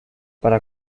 para